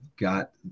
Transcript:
got